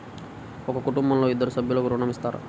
ఒక కుటుంబంలో ఇద్దరు సభ్యులకు ఋణం ఇస్తారా?